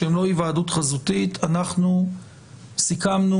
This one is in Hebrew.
שהן לא היוועדות חזותית אנחנו סיכמנו,